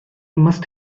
must